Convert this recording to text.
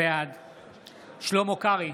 בעד שלמה קרעי,